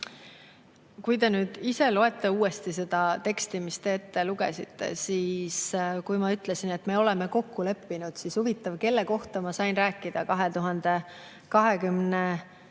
Kui te nüüd ise uuesti loete seda teksti, mis te ette lugesite – kui ma ütlesin, et me oleme kokku leppinud, siis huvitav, kelle kohta ma sain 2022.